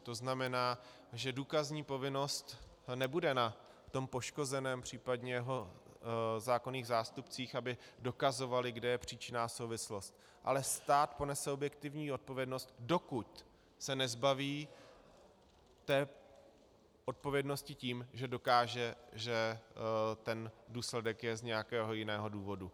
To znamená, že důkazní povinnost nebude na tom poškozeném, příp. jeho zákonných zástupcích, aby dokazovali, kde je příčinná souvislost, ale stát ponese objektivní odpovědnost, dokud se nezbaví té odpovědnosti tím, že dokáže, že ten důsledek je z nějakého jiného důvodu.